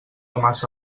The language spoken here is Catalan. massa